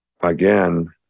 Again